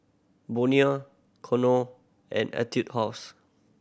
Bonia Knorr and Etude House